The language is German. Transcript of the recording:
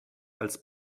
als